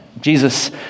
Jesus